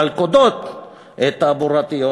מלכודות תעבורתיות,